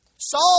Saul